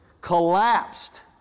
collapsed